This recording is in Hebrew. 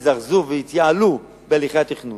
ויזרזו ויתייעלו בהליכי התכנון,